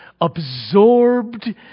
absorbed